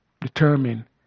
determine